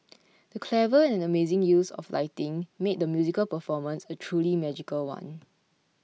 the clever and amazing use of lighting made the musical performance a truly magical one